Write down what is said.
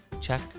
Check